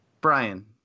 Brian